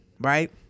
right